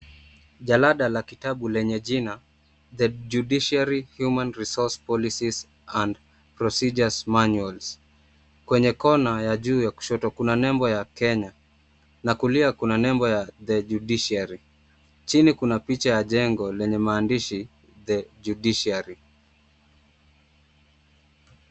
Jalada la kitabu lenye jina The judiciary human resource policies and procedures manuals kwenye Kona ya juu kushoto kuna nembo ya kenya na kulia kuna nembo ya The judiciary chini kuna picha ya jengo lenye maandishi the judiciary .